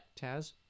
Taz